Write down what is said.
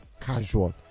casual